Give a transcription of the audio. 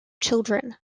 children